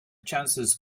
chances